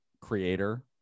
creator